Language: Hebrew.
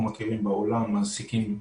אנחנו חייבים להתכנס לקראת סיום.